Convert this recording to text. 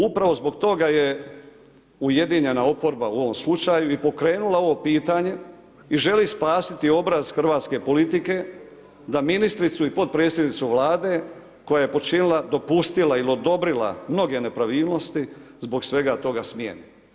Upravo zbog toga je ujedinjena oporba u ovom slučaju i pokrenula ovo pitanje i želi spasiti obraz hrvatske politike da ministricu i potpredsjednicu Vlade koja je počinila, dopustila ili odobrila mnoge nepravilnosti zbog svega toga smijeni.